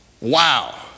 Wow